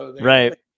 Right